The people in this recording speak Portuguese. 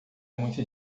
muito